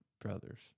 brothers